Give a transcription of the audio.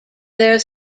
their